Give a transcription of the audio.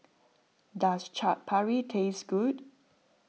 does Chaat Papri taste good